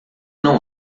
não